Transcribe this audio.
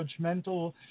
judgmental